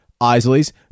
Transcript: Isley's